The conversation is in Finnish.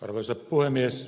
arvoisa puhemies